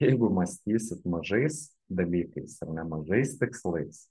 jeigu mąstysit mažais dalykais ar ne mažais tikslais